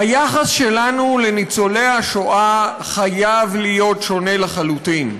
היחס שלנו לניצולי השואה חייב להיות שונה לחלוטין.